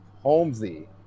Holmesy